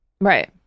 Right